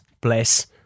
bless